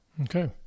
Okay